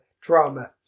drama